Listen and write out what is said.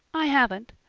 i haven't.